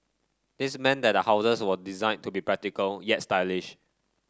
this meant that the houses were designed to be practical yet stylish